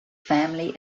family